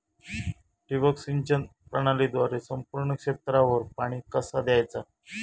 ठिबक सिंचन प्रणालीद्वारे संपूर्ण क्षेत्रावर पाणी कसा दयाचा?